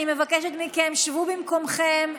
אני מבקשת מכם: שבו במקומכם,